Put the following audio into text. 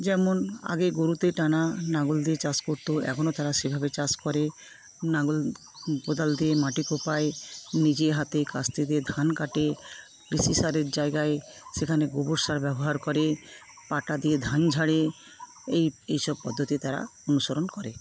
যেমন আগে গরুতে টানা লাঙল দিয়ে চাষ করতো এখনও তারা সেভাবে চাষ করে লাঙল কোদাল দিয়ে মাটি কোপায় নিজের হাতে কাস্তে দিয়ে ধান কাটে পেস্টিসাইডের জায়গায় সেখানে গোবর সার ব্যবহার করে পাটা দিয়ে ধান ঝাড়ে এই এইসব পদ্ধতি তারা অনুসরণ করে